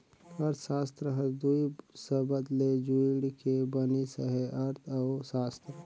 अर्थसास्त्र हर दुई सबद ले जुइड़ के बनिस अहे अर्थ अउ सास्त्र